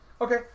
okay